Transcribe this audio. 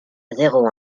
zéro